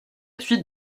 suite